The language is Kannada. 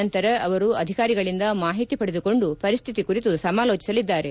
ನಂತರ ಅವರು ಅಧಿಕಾರಿಗಳಿಂದ ಮಾಹಿತಿ ಪಡೆದುಕೊಂಡು ಪರಿಸ್ವಿತಿ ಕುರಿತು ಸಮಾಲೋಟಿಸಲಿದ್ದಾರೆ